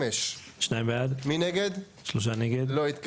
הצבעה בעד, 2 נגד, 3 נמנעים, 0 הרביזיה לא התקבלה.